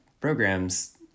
programs